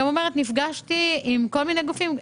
נפגשתי עם כל מיני גופים,